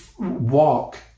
walk